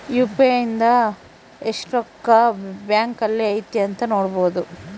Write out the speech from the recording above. UPI ಇಂದ ಎಸ್ಟ್ ರೊಕ್ಕ ಬ್ಯಾಂಕ್ ಅಲ್ಲಿ ಐತಿ ಅಂತ ನೋಡ್ಬೊಡು